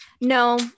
No